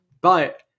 But-